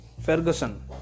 Ferguson